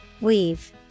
Weave